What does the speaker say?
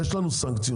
יש לנו סנקציות,